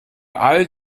all